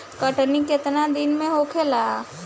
कटनी केतना दिन में होखेला?